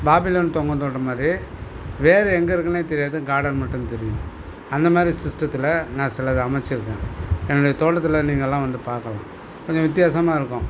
Babylon தொங்கும் தோட்டம்மாதிரி வேர் எங்கே இருக்குன்னே தெரியாது கார்டன் மட்டும் தெரியும் அந்தமாதிரி சிஸ்டத்தில் நான் சிலதை அமைச்சிருக்கேன் என்னுடைய தோட்டத்தில் நீங்கெல்லாம் வந்து பார்க்கலாம் கொஞ்சம் வித்தியாசமாக இருக்கும்